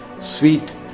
sweet